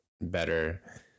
better